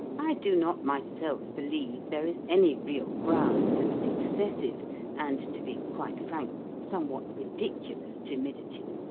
i do not myself believe there is any real ground for this excessive and, to be quite frank, somewhat ridiculous timidity.